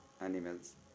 animals